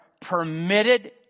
permitted